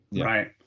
right